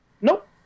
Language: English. Nope